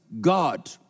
God